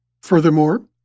Furthermore